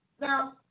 Now